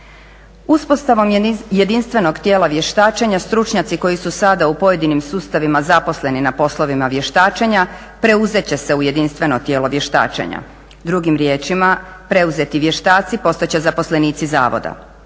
Uspostavom jedinstvenog tijela vještačenja stručnjaci koji su sada u pojedinim sustavima zaposleni na poslovima vještačenjima preuzet će se u jedinstveno tijelo vještačenja. Drugim riječima preuzeti vještaci postat će zaposlenici zavoda.